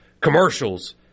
commercials